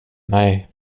nej